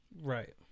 Right